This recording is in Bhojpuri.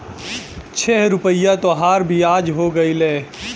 छह रुपइया तोहार बियाज हो गएल